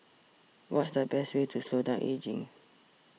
what's the best way to slow down ageing